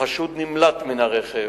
החשוד נמלט מן הרכב.